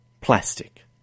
plastic